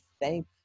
thank